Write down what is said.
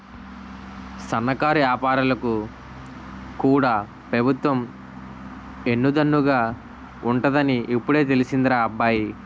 సన్నకారు ఏపారాలకు కూడా పెబుత్వం ఎన్ను దన్నుగా ఉంటాదని ఇప్పుడే తెలిసిందిరా అబ్బాయి